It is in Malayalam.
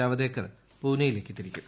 ജാവദേക്കർ പൂനെയിലേക്ക് തിരിക്കും